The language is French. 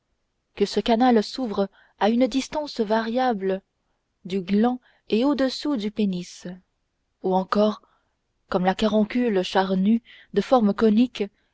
que ce canal s'ouvre à une distance variable du gland et au-dessous du pénis ou encore comme la caroncule charnue de forme conique